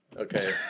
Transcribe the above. Okay